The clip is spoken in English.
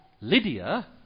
Lydia